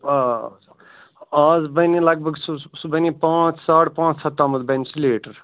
آ اَز بَنہِ لگ بھگ سُہ سُہ بَنہِ پانٛژھ ساڑ پانٛژھ ہَتھ تامَتھ بَنہِ سُہ لیٖٹَر